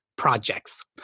Projects